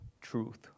truth